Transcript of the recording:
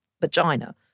vagina